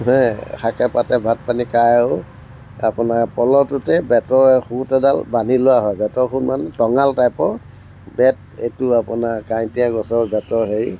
শাকে পাতে ভাত পানী খাই আৰু আপোনাৰ প'ল'টোতে বেতৰ সূত এডাল বান্ধি লোৱা হয় বেতৰ সূত মানে টঙাল টাইপৰ বেত এইটো আপোনাৰ কাঁইটীয়া গছৰ বেতৰ হেৰি